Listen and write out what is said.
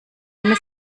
eine